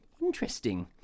Interesting